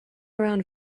around